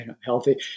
healthy